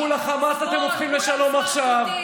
מול החמאס אתם הופכים לשלום עכשיו.